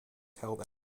held